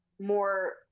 more